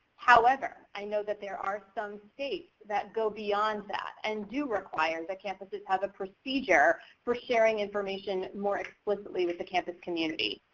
however, i know that there are some states that go beyond that and do require that campuses have a procedure for sharing information more explicitly with the campus community.